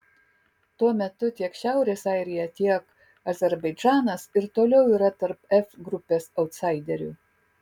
tuo metu tiek šiaurės airija tiek azerbaidžanas ir toliau yra tarp f grupės autsaiderių